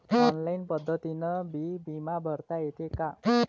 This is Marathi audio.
ऑनलाईन पद्धतीनं बी बिमा भरता येते का?